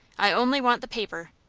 i only want the paper.